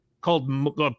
called